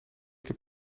keer